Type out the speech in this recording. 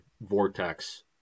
Vortex